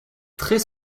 très